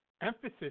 emphasis